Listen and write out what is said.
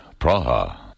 Praha